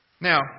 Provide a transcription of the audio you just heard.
Now